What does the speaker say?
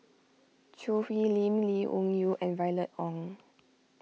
Choo Hwee Lim Lee Wung Yew and Violet Oon